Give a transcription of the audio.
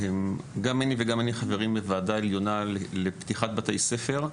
גם אני וגם מני חברים בוועדה עליונה לפתיחת בתי ספר.